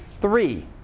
three